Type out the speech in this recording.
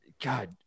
god